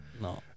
No